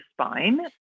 spine